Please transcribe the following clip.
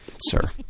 sir